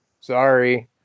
sorry